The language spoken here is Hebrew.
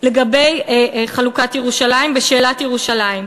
לגבי חלוקת ירושלים ושאלת ירושלים.